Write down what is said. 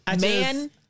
man